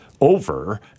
over